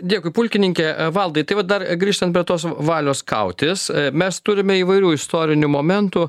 dėkui pulkininke valdai tai va dar grįžtant prie tos v valios kautis mes turime įvairių istorinių momentų